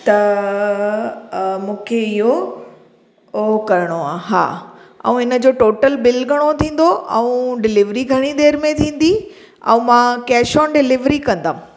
त मूंखे हियो ओ करिणो आहे हा ऐं हिन जो टोटल बिल घणो थींदो ऐं डिलीवरी घणी देरि में थींदी ऐं मां कैंश ओन डिलीवरी कंदमि